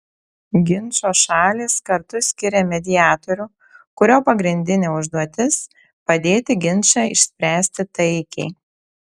ginčo šalys kartu skiria mediatorių kurio pagrindinė užduotis padėti ginčą išspręsti taikiai